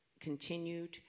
continued